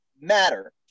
matter